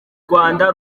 rwanda